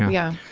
yeah.